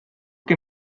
que